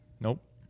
Nope